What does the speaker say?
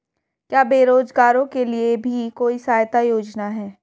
क्या बेरोजगारों के लिए भी कोई सहायता योजना है?